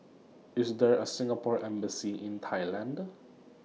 IS There A Singapore Embassy in Thailand